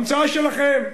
המצאה שלכם.